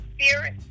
spirit